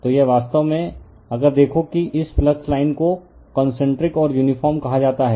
तो यह वास्तव में है अगर देखो कि इस फ्लक्स लाइन को कॉनसेनट्रिक और यूनिफार्म कहा जाता है